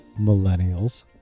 Millennials